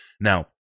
Now